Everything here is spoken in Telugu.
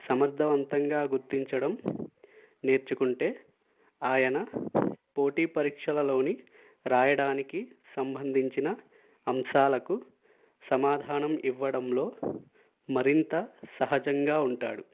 సమర్థవంతంగా గుర్తించడం నేర్చుకుంటే ఆయన పోటీపరీక్షలలోని రాయడానికి సంబంధించిన అంశాలకు సమాధానం ఇవ్వడంలో మరింత సహజంగా ఉంటాడు